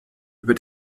über